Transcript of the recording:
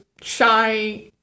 shy